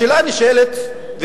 השאלה הנשאלת,